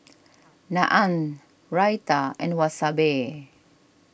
Naan Raita and Wasabi